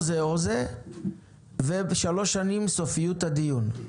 או זה או זה, ושלוש שנים סופיות הדיון.